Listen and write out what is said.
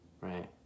right